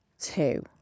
two